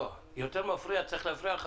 יותר צריך להפריע לך,